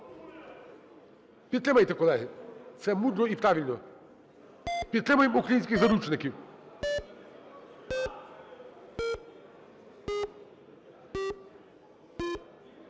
Підтримайте, колеги, це мудро і правильно. Підтримаємо українських заручників.